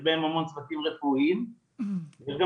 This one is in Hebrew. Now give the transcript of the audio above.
יש בהם המון צוותים רפואיים ויש גם